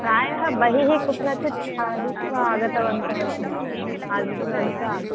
प्रायः बहिः कुत्रचित् खादित्वा आगतवन्तः स्मः खादितवन्तः